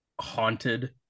haunted